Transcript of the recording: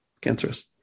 cancerous